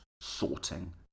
sorting